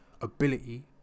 Ability